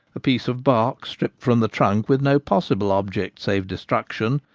a piece of bark stripped from the trunk with no possible object save destruction,